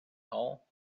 hall